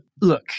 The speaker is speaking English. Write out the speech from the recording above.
look